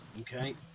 Okay